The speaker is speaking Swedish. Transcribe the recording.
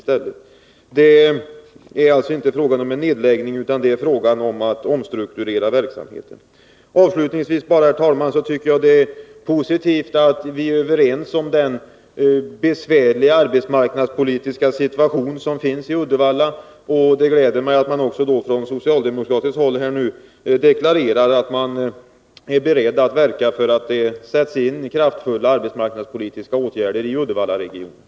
Alltså: Det är inte fråga om en nedläggning, utan det är fråga om en omstrukturering av verksamheten. Avslutningsvis, herr talman, vill jag bara säga att jag tycker det är positivt att vi är överens om att det råder en besvärlig arbetsmarknadspolitisk situation i Uddevalla. Det gläder mig att man också från socialdemokratiskt håll nu deklarerar, att man är beredd att verka för att det skall sättas in kraftfulla arbetsmarknadspolitiska åtgärder i Uddevallaregionen.